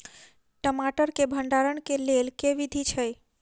टमाटर केँ भण्डारण केँ लेल केँ विधि छैय?